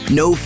no